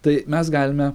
tai mes galime